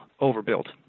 Overbuilt